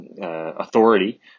authority